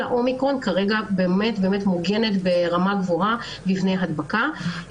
האומיקרון מוגנת ברמה גבוהה בפני הדבקה.